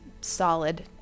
solid